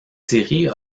série